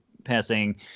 passing